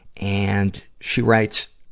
and, she writes,